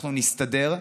אנחנו נסתדר.